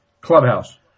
clubhouse